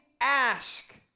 ask